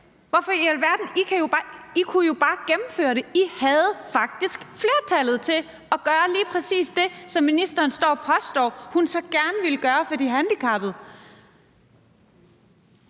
fremsat det? I kunne jo bare gennemføre det. I havde faktisk flertallet til at gøre lige præcis det, som ministeren står og påstår hun så gerne vil gøre for de handicappede.